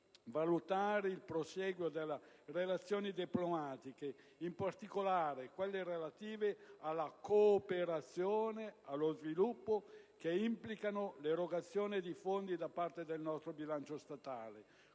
valutare il prosieguo delle relazioni diplomatiche, in particolare quelle relative alla cooperazione allo sviluppo che implicano l'erogazione di fondi da parte del bilancio statale,